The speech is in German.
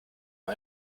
nur